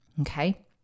Okay